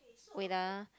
wait ah